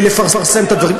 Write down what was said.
לפרסם את הדברים,